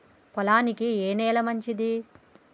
పొలానికి ఏ నేల మంచిది?